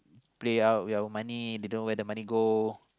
play out your money they don't know where the money go